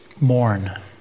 mourn